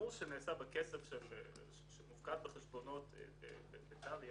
השימוש שנעשה בכסף שמופקד בחשבונות בטריא